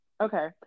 okay